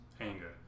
anger